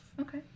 Okay